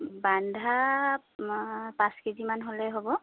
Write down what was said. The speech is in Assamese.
বন্ধা পাঁচ কেজিমান হ'লেই হ'ব